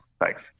Thanks